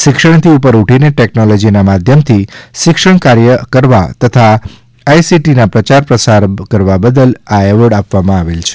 શિક્ષણથી ઉપર ઉઠીને ટેકનોલોજીના માધ્યમથી શિક્ષણ કાર્ય કરવા તથા આઇસીટીના પ્રચાર પ્રસાર કરવા બદલ આ એવોર્ડ આપવામાં આવેલ છે